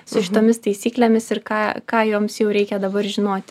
su šitomis taisyklėmis ir ką ką joms jau reikia dabar žinoti